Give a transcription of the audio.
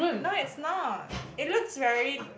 no it's not it looks very